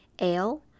ale